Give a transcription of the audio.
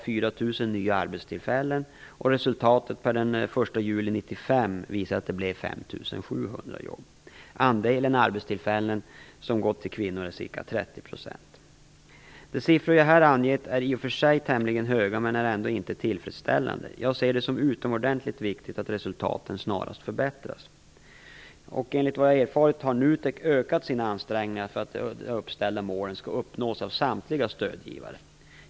1995 visade att det blev 5 700 nya jobb. Andelen arbetstillfällen som gått till kvinnor är ca 30 %. De siffror jag här har angett är i och för sig tämligen höga, men de är ändå inte tillfredsställande. Jag ser det som utomordentligt viktigt att resultaten snarast förbättras. Enligt vad jag erfarit har NUTEK ökat sina ansträngningar för att det uppställda målet skall uppnås av samtliga stödgivare.